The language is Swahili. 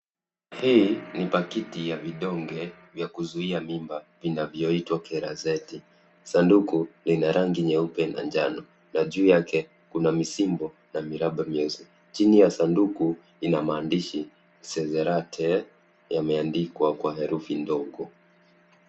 Hii ni pakiti ya vidonge vya kuzuia mimba, vinavyoitwa cerazeti sanduku lina rangi nyeupe na njano, na juu yake kuna misimbo na miramba mieusi, chini ya saduku ina maandishi cezerate yameandikwa kwa herufi ndogo.